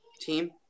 team